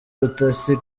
ubutasi